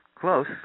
close